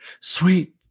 sweet